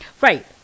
right